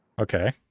Okay